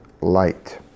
light